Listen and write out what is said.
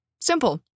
Simple